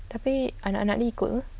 tapi anak anak ni ikut ke